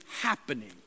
happening